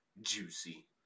juicy